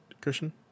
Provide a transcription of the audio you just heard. Christian